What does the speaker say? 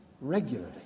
regularly